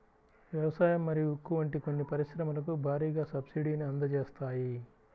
వ్యవసాయం మరియు ఉక్కు వంటి కొన్ని పరిశ్రమలకు భారీగా సబ్సిడీని అందజేస్తాయి